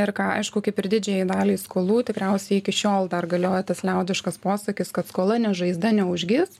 ir ką aišku kaip ir didžiajai daliai skolų tikriausiai iki šiol dar galioja tas liaudiškas posakis kad skola ne žaizda neužgis